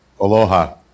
Aloha